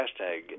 hashtag